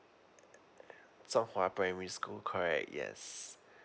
song hwa primary school correct yes